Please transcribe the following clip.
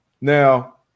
Now